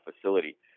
facility